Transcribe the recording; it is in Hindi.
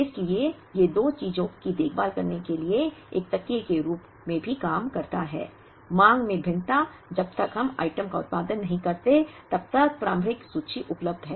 इसलिए ये दो चीजों की देखभाल करने के लिए एक तकिया के रूप में भी काम करते हैं मांग में भिन्नता जब तक हम आइटम का उत्पादन नहीं करते तब तक प्रारंभिक सूची उपलब्ध है